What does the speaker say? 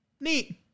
neat